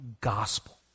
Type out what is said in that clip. gospel